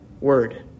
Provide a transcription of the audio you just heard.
word